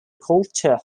culture